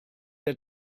der